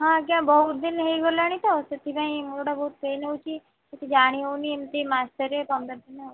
ହଁ ଆଜ୍ଞା ବହୁତ ଦିନ ହୋଇଗଲାଣି ତ ସେଥିପାଇଁ ମୁଣ୍ଡଟା ବହୁତ ପେନ୍ କିଛି ଜାଣି ହେଉନି ଏମିତି ମାସରେ ପନ୍ଦରଦିନ ହେଉଛି